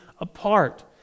apart